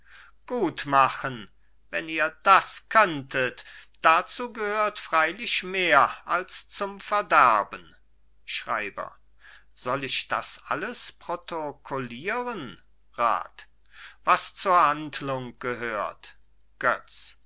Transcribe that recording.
gut machen wenn ihr das könntet dazu gehört freilich mehr als zum verderben schreiber soll ich das alles protokollieren rat was zur handlung gehört götz